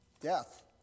death